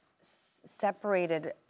separated